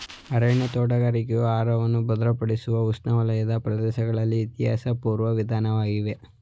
ಅರಣ್ಯ ತೋಟಗಾರಿಕೆಯು ಆಹಾರವನ್ನು ಭದ್ರಪಡಿಸುವ ಉಷ್ಣವಲಯದ ಪ್ರದೇಶಗಳ ಇತಿಹಾಸಪೂರ್ವ ವಿಧಾನವಾಗಿದೆ